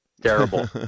terrible